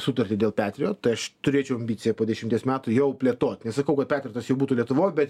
sutartį dėl patriot tai aš turėčiau ambiciją po dešimties metų jau plėtot nesakau kad petrijotas jau būtų lietuvoj bet